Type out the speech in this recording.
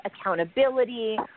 accountability